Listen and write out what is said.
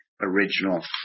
original